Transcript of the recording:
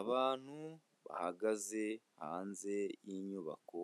Abantu bahagaze hanze y'inyubako